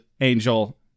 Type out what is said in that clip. angel